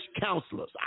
counselors